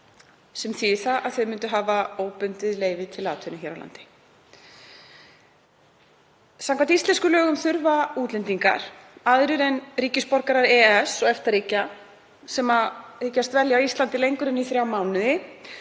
sem þýðir að þeir myndu hafa ótímabundið leyfi til atvinnu hér á landi. Samkvæmt íslenskum lögum þurfa útlendingar aðrir en ríkisborgarar EES- og EFTA-ríkja, sem hyggjast dvelja á Íslandi lengur en í þrjá mánuði,